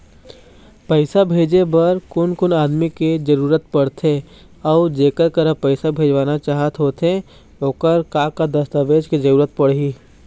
पैसा भेजे बार कोन कोन आदमी के जरूरत पड़ते अऊ जेकर करा पैसा भेजवाना चाहत होथे ओकर का का दस्तावेज के जरूरत पड़ही?